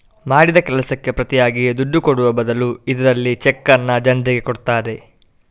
ಮಾಡಿದ ಕೆಲಸಕ್ಕೆ ಪ್ರತಿಯಾಗಿ ದುಡ್ಡು ಕೊಡುವ ಬದಲು ಇದ್ರಲ್ಲಿ ಚೆಕ್ಕನ್ನ ಜನ್ರಿಗೆ ಕೊಡ್ತಾರೆ